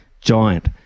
giant